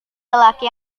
lelaki